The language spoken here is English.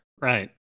Right